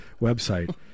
website